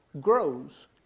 grows